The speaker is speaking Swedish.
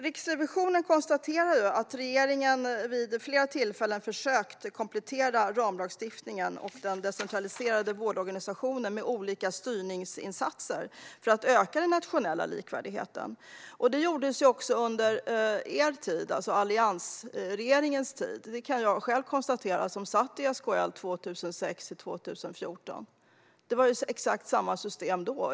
Riksrevisionen konstaterar att regeringen vid flera tillfällen har försökt att komplettera ramlagstiftningen och den decentraliserade vårdorganisationen med olika styrningsinsatser för att öka den nationella likvärdigheten. Detta gjordes också under alliansregeringens tid, vilket jag själv kan konstatera eftersom jag satt i SKL 2006-2014. Det var exakt samma system då.